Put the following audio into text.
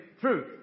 truth